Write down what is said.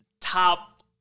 top